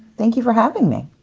thank you for having me.